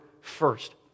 first